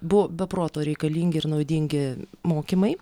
buvo be proto reikalingi ir naudingi mokymai